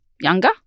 younger